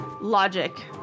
logic